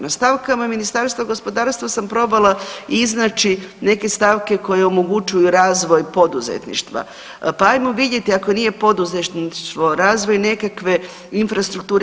Na stavkama Ministarstva gospodarstva sam probala iznaći neke stavke koje omogućuju razvoj poduzetništva, pa hajmo vidjeti ako nije poduzetništvo, razvoj nekakve infrastrukture.